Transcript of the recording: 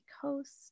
coast